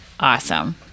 awesome